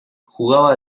jugaba